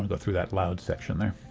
and through that loud section there.